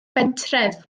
bentref